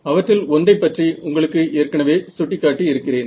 அவற்றில் ஒன்றைப் பற்றி உங்களுக்கு ஏற்கனவே சுட்டிக்காட்டி இருக்கிறேன்